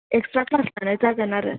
extra class लानाय जागोन आरो